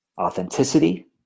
Authenticity